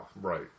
right